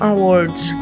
Awards